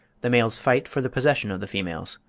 the males fight for the possession of the females.